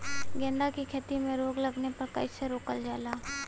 गेंदा की खेती में रोग लगने पर कैसे रोकल जाला?